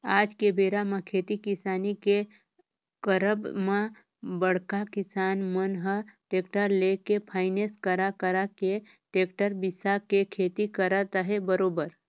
आज के बेरा म खेती किसानी के करब म बड़का किसान मन ह टेक्टर लेके फायनेंस करा करा के टेक्टर बिसा के खेती करत अहे बरोबर